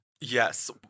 Yes